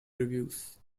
reviews